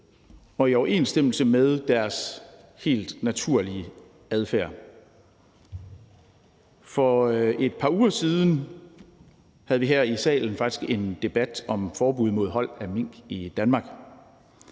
og i overensstemmelse med deres helt naturlige adfærd. For et par uger siden havde vi her i salen faktisk en debat om forbud mod hold af mink i Danmark.